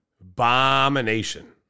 Abomination